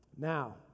Now